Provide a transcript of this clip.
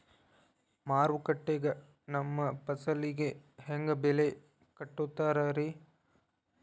ಮಾರುಕಟ್ಟೆ ಗ ನಮ್ಮ ಫಸಲಿಗೆ ಹೆಂಗ್ ಬೆಲೆ ಕಟ್ಟುತ್ತಾರ ರಿ?